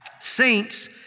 saints